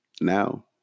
Now